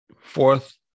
fourth